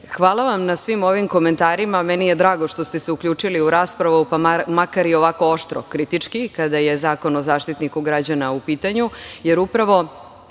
vam na svim ovim komentarima. Meni je drago što ste se uključili u raspravu, pa makar i ovako oštro, kritički, kada je Zakon o Zaštitniku građana u pitanju, jer upravo